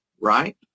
right